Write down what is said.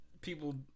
people